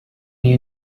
you